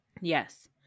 Yes